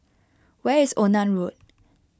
where is Onan Road